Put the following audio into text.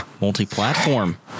multi-platform